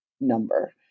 number